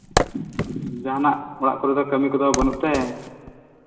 ᱡᱟᱦᱟᱱᱟᱜ ᱚᱲᱟᱜ ᱠᱚᱨᱮ ᱫᱚ ᱠᱟᱹᱢᱤ ᱠᱚᱫᱚ ᱵᱟᱹᱱᱩᱜ ᱛᱮ